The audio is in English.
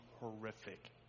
horrific